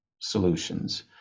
solutions